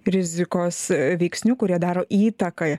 rizikos veiksnių kurie daro įtaką